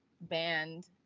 band